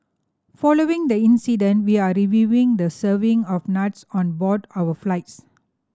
following the incident we are reviewing the serving of nuts on board our flights